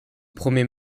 premier